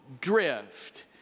drift